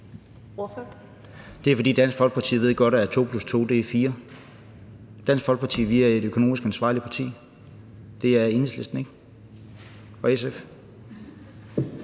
Det er, fordi Dansk Folkeparti godt ved, at to plus to er fire. Dansk Folkeparti er et økonomisk ansvarligt parti – det er Enhedslisten og SF